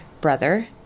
brother